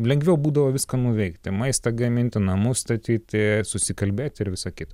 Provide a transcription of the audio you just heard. lengviau būdavo viską nuveikti maistą gaminti namus statyti susikalbėti ir visa kita